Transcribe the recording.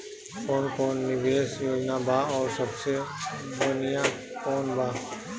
कवन कवन निवेस योजना बा और सबसे बनिहा कवन बा?